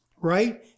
right